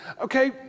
Okay